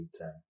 time